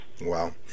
Wow